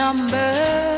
Number